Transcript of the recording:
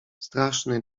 straszny